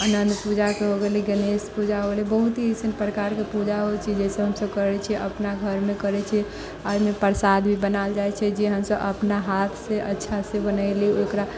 अनन्त पूजाके हो गेलै गनेश पूजा हो गेलै बहुत ही एसन प्रकारके पूजा होइ छै जइसे हम सभ करै छियै अपना घरमे करै छियै आओर एहिमे प्रसाद भी बनाओल जाइ छै जे हम सभ अपना हाथ से अच्छा से बनैलीह ओकरा